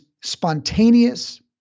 spontaneous